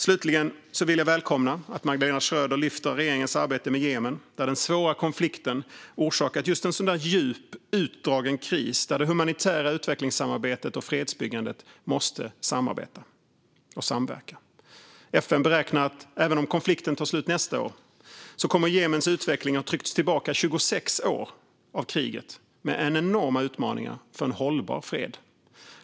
Slutligen vill jag välkomna att Magdalena Schröder lyfter regeringens arbete med Jemen, där den svåra konflikten orsakat just en sådan där djup, utdragen kris där det humanitära, utvecklingssamarbetet och fredsbyggandet måste samverka. FN beräknar att även om konflikten tar slut nästa år kommer Jemens utveckling att ha tryckts tillbaka 26 år av kriget, med enorma utmaningar för en hållbar fred.